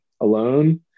alone